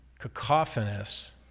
cacophonous